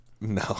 No